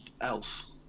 Elf